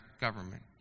government